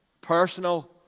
Personal